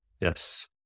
Yes